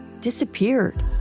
disappeared